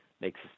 makes